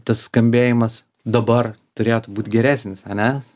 tas skambėjimas dabar turėtų būt geresnis ane